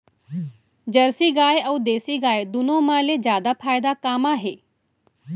Jersey गाय अऊ देसी गाय दूनो मा ले जादा फायदा का मा हे?